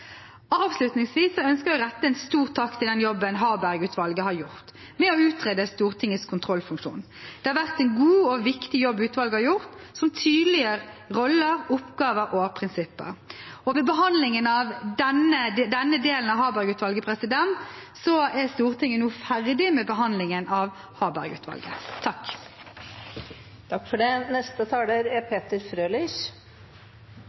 Avslutningsvis ønsker jeg å rette en stor takk til den jobben Harberg-utvalget har gjort med å utrede Stortingets kontrollfunksjon. Det er en god og viktig jobb utvalget har gjort, som tydeliggjør roller, oppgaver og prinsipper. Ved behandlingen av denne delen er Stortinget nå ferdig med behandlingen av